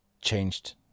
changed